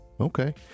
okay